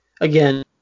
Again